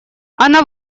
она